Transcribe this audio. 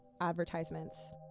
advertisements